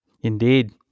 Indeed